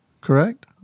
correct